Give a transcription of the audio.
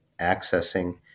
accessing